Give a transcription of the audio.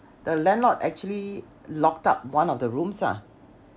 the landlord actually locked up one of the rooms ah